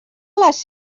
les